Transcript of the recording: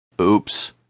Oops